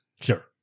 Sure